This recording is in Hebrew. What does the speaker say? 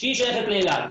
שהיא שייכת לאלעד.